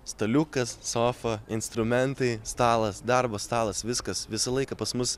staliukas sofa instrumentai stalas darbo stalas viskas visą laiką pas mus